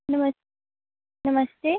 ਨਮਸ ਨਮਸਤੇ